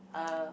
uh